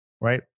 Right